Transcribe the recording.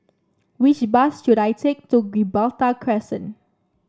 which bus should I take to Gibraltar Crescent